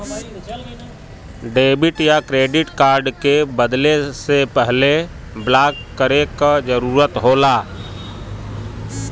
debit या credit card के बदले से पहले ब्लॉक करे क जरुरत होला